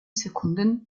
sekunden